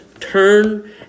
turn